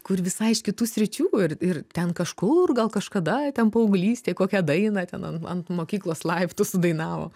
kur visai iš kitų sričių ir ir ten kažkur gal kažkada ten paauglystėje kokią dainą ten an ant mokyklos laiptų sudainavo